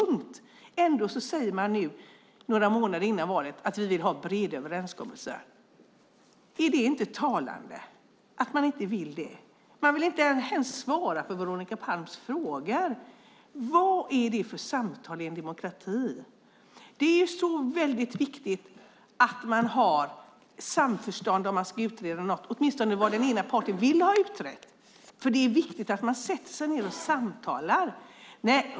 Och ändå säger man nu några månader före valet att man vill ha breda överenskommelser. Är det inte talande? Man vill inte det. Man vill inte ens svara på Veronica Palms frågor. Vad är det för samtal i en demokrati? Det är väldigt viktigt att man har samförstånd om man ska utreda något. Man måste åtminstone veta vad den ena parten vill ha utrett. Det är viktigt att man sätter sig ned och samtalar.